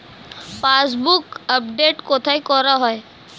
Passbook update কোথায় করা হয়?